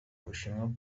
bushinwa